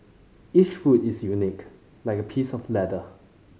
each foot is unique like a piece of leather